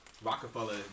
Rockefeller